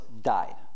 died